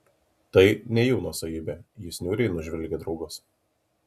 tai ne jų nuosavybė jis niūriai nužvelgė draugus